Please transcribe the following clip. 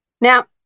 Now